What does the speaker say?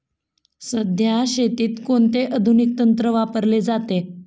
सध्या शेतीत कोणते आधुनिक तंत्र वापरले जाते?